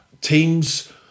teams